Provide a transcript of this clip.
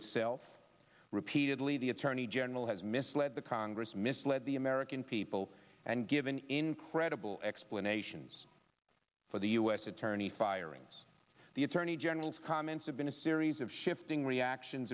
itself repeatedly the attorney general has misled the congress misled the american people and given incredible explanations for the u s attorney firings the attorney general's comments have been a series of shifting reactions